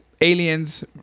aliens